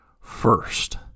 first